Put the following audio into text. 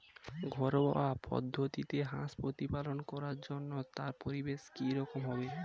ঘরোয়া পদ্ধতিতে হাঁস প্রতিপালন করার জন্য তার পরিবেশ কী রকম হবে?